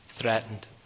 threatened